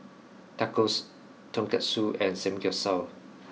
Tacos Tonkatsu and Samgyeopsal